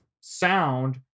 sound